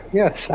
yes